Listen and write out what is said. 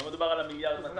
לא מדובר על מיליארד ומאתיים.